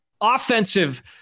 Offensive